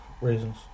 reasons